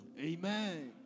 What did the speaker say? amen